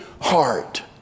heart